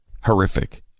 horrific